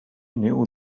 knew